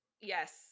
Yes